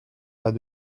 pas